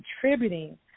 contributing